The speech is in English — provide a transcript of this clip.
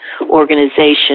organization